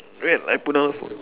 wait I put down phone